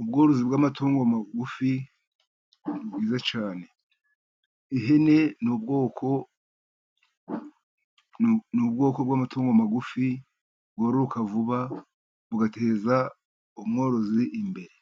Ubworozi bw'amatungo magufi, ni bwiza cyane. Ihene ni ubwoko bw'amatungo magufi, bwororoka vuba, bugateza umworozi imbere,